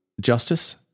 Justice